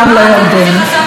מה חשבתם על הגולן?